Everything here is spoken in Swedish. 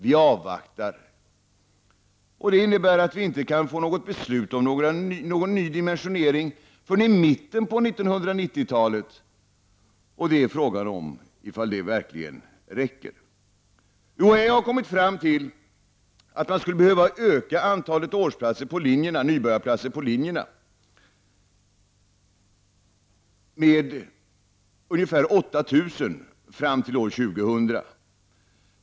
Vi avvaktar.” Detta innebär att vi inte kan få något beslut om en ny dimensionering förrän i mitten av 1990-talet. Frågan är om det verkligen räcker. UHÄ har kommit fram till att man skulle behöva öka antalet nybörjarplatser på linjerna med ungefär 8 000 fram till år 2000.